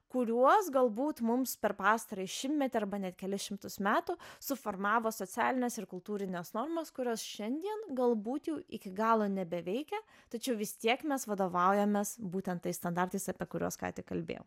kuriuos galbūt mums per pastarąjį šimtmetį arba net kelis šimtus metų suformavo socialines ir kultūrines normos kurios šiandien galbūt jau iki galo nebeveikia tačiau vis tiek mes vadovaujamės būtent tais standartais apie kuriuos ką tik kalbėjau